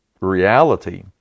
reality